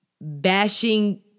bashing